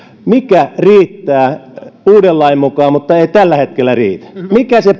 mikä riittää uuden lain mukaan mutta ei tällä hetkellä riitä mikä se